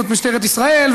זאת משטרת ישראל,